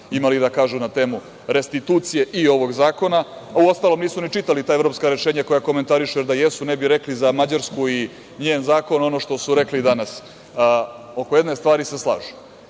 imali da kažu na temu restitucije i ovog zakona, u ostalom nisu ni čitali ta evropska rešenja koja komentarišu, jer da jesu ne bi rekli za Mađarsku i njen zakon ono što su rekli danas, oko jedne stvari se slažu,